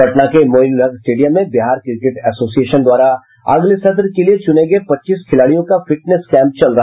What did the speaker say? पटना के मोइनुलहक स्टेडियम में Bihar cricket association द्वारा अगले सत्र के लिए चुने गये पच्चीस खिलाड़ियों का फिटनेस कैंप चल रहा है